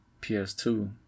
PS2